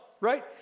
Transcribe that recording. right